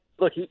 look